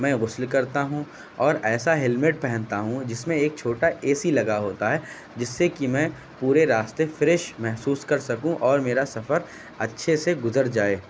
میں غسل کرتا ہوں اور ایسا ہیلمٹ پہنتا ہوں جس میں ایک چھوٹا اے سی لگا ہوتا ہے جس سے کہ میں پورے راستے فریش محسوس کر سکوں اور میرا سفر اچھے سے گذر جائے